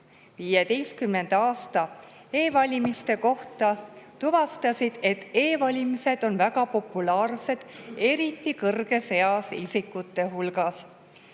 aasta e‑valimiste kohta, et e‑valimised on väga populaarsed eriti kõrges eas isikute hulgas.